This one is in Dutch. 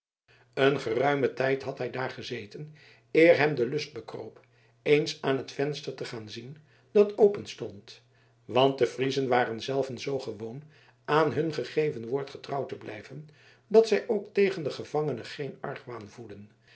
een geruimen tijd had hij daar gezeten eer hem de lust bekroop eens aan t venster te gaan zien dat openstond want de friezen waren zelven zoo gewoon aan hun gegeven woord getrouw te blijven dat zij ook tegen den gevangene geen argwaan voedden